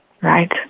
Right